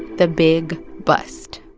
the big bust